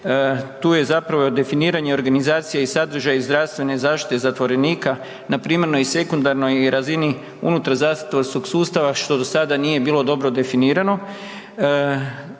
Tu je definiranje organizacija i sadržaj zdravstvene zaštite zatvorenika na primarnoj i sekundarnoj razini unutar zdravstvenog sustava što do sada nije bilo dobro definirano.